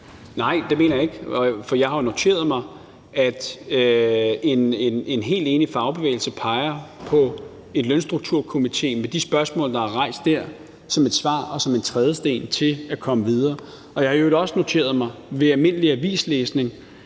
Nej, det mener jeg ikke, for jeg har jo noteret mig, at en helt enig fagbevægelse peger på en lønstrukturkomité med de spørgsmål, der er rejst der, som et svar og som en trædesten til at komme videre. Jeg har i øvrigt også noteret mig ved almindelig avislæsning,